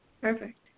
Perfect